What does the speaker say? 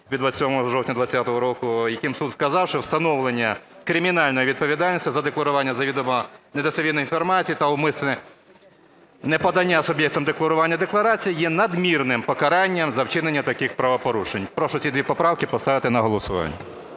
від 27 жовтня 2020 року, яким суд сказав, що встановлення кримінальної відповідальності за декларування завідомо недостовірної інформації та умисне неподання суб'єктом декларування декларації є надмірним покаранням за вчинення таких правопорушень. Прошу ці дві поправки поставити на голосування.